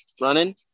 running